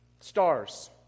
Stars